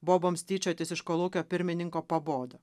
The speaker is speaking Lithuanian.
boboms tyčiotis iš kolūkio pirmininko pabodo